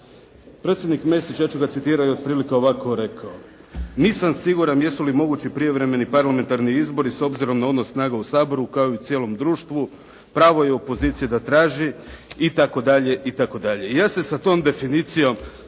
Predsjednik Mesić, ja ću ga citirati, je otprilike ovako rekao.